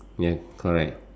yes correct